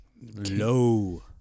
No